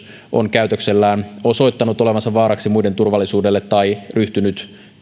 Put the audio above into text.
käytöksellään osoittanut olevansa vaaraksi muiden turvallisuudelle tai ryhtynyt